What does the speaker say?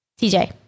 TJ